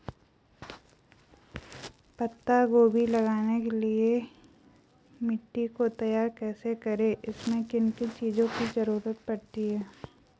पत्ता गोभी लगाने के लिए मिट्टी को तैयार कैसे करें इसमें किन किन चीज़ों की जरूरत पड़ती है?